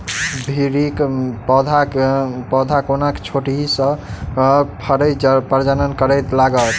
भिंडीक पौधा कोना छोटहि सँ फरय प्रजनन करै लागत?